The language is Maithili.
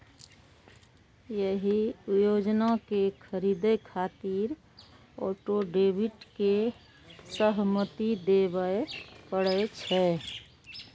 एहि योजना कें खरीदै खातिर ऑटो डेबिट के सहमति देबय पड़ै छै